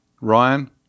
Ryan